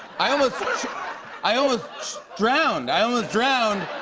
i almost i almost drowned. i almost drowned.